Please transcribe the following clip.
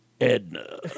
Edna